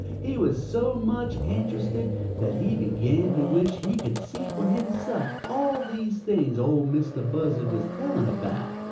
he was so much interested that he began to wish he could see for himself all these things ol' mistah buzzard was telling about.